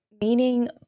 meaning